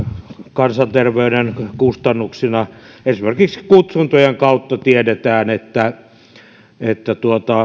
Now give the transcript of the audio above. kansanterveyden kustannuksina esimerkiksi kutsuntojen kautta tiedetään että että